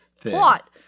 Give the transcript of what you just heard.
plot